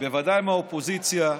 בוודאי מהאופוזיציה,